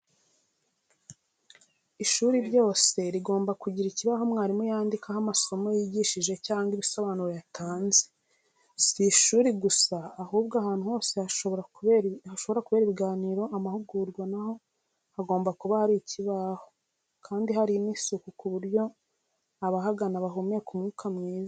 Ishuri ryose rigomba kugira ikibaho mwarimu yandikaho amasomo yigishyije cyangwa ibisobanuro yatanze. Si ishuri gusa ahubwo ahantu hose hashobora kubera ibiganiro, amahugurwa naho hagomba kuba hari ikibaho, kandi hari n'isuku ku buryo abahagana bahumeka umwuka mwiza.